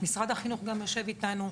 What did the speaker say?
משרד החינוך גם יושב איתנו,